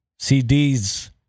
CDs